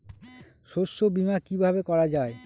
শস্য বীমা কিভাবে করা যায়?